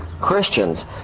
Christians